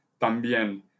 también